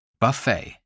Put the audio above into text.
Buffet